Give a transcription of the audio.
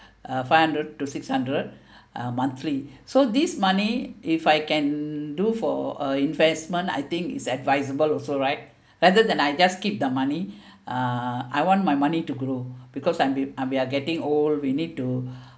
uh five hundred to six hundred uh monthly so this money if I can do for a investment I think is advisable also right rather than I just keep the money uh I want my money to grow because I'm uh we are getting old we need to